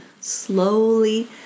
Slowly